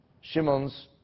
Shimon's